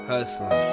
Hustling